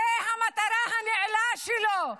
זו המטרה הנעלה שלו.